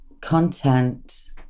content